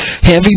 Heavy